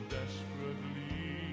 desperately